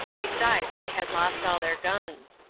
besides they had lost all their guns.